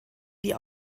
die